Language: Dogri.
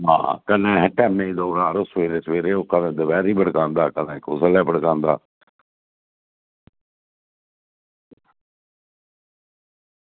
आं ते कन्नै टैमें दी देआ करो सबेरै सबेरै कदें दपैहरीं पकड़ांदा कदें कुसलै पकड़ांदा